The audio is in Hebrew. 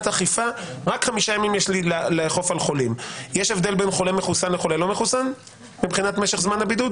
יש הבדל בין חולה מחוסן לחולה לא מחוסן מבחינת משך זמן הבידוד?